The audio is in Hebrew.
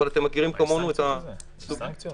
אבל אתם מכירים כמונו --- יש סנקציות